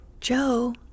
Joe